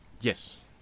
Yes